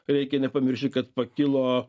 reikia nepamiršti kad pakilo